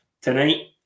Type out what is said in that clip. tonight